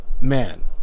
man